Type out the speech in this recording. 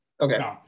Okay